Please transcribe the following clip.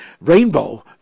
rainbow